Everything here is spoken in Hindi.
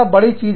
बड़ी चीज है